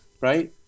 Right